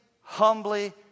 humbly